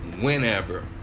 whenever